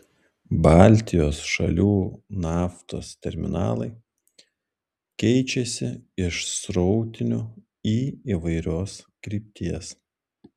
baltijos šalių naftos terminalai keičiasi iš srautinių į įvairios krypties